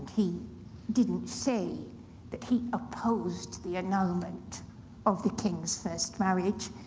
he didn't say that he opposed the annulment of the king's first marriage.